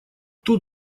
тут